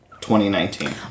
2019